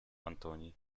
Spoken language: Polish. antoni